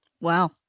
Wow